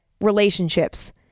relationships